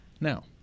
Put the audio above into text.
Now